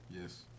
Yes